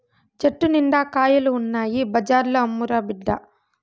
చెట్టు నిండా కాయలు ఉన్నాయి బజార్లో అమ్మురా బిడ్డా